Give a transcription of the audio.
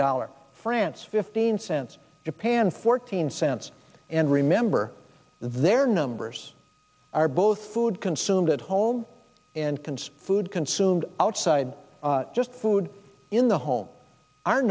dollar france fifteen cents japan fourteen cents and remember their numbers are both food consumed at home and conspired consumed outside just food in the home our